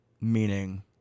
Meaning